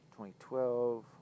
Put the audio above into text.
2012